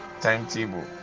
timetable